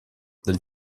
dal